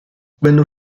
venne